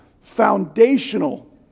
foundational